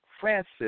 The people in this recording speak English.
Francis